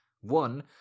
One